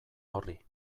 horri